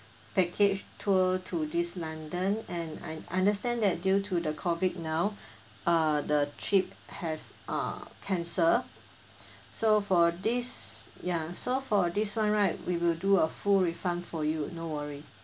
package tour to this london and I understand that due to the COVID now uh the trip has uh cancelled so for this ya so for this [one] right we will do a full refund for you no worry